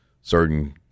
certain